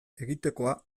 egitekoa